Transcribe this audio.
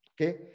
Okay